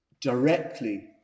directly